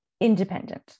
independent